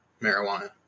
marijuana